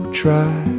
try